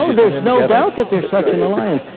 ah there's no doubt that there's such an alliance.